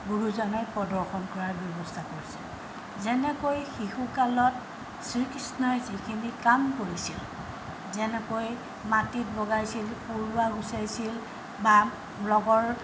গুৰুজনাই প্ৰদৰ্শন কৰাৰ ব্যৱস্থা কৰিছিল যেনেকৈ শিশু কালত শ্ৰীকৃষ্ণই যিখিনি কাম কৰিছিল যেনেকৈ মাটিত বগাইছিল পৰুৱা গুচাইছিল বা লগৰ